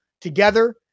together